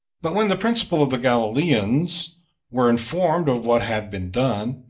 but when the principal of the galileans were informed of what had been done,